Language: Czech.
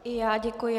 I já děkuji.